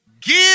Give